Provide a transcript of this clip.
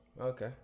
Okay